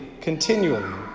continually